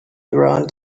around